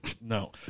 No